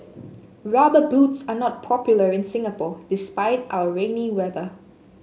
rubber boots are not popular in Singapore despite our rainy weather